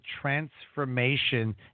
transformation